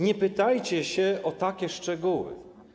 Nie pytajcie się o takie szczegóły.